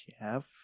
Jeff